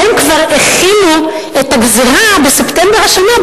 והם החילו את הגזירה כבר בספטמבר השנה,